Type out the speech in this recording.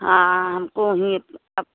हाँ हाँ हमको ही अप